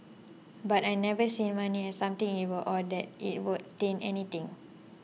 but I've never seen money as something evil or that it would taint anything